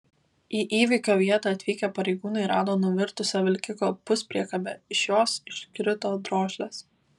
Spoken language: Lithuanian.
į įvykio vietą atvykę pareigūnai rado nuvirtusią vilkiko puspriekabę iš jos iškrito drožlės